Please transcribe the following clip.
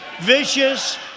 vicious